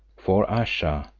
for ayesha,